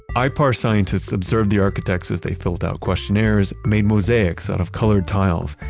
ah ipar scientists observed the architects as they filled out questionnaires, made mosaics out of colored tiles,